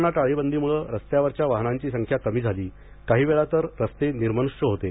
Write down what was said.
corona टाळेबंदीमुळे रस्त्यावरच्या वाहनांची संख्या कमी झाली काही वेळा तर रस्ते निर्मनुष्य होते